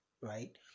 right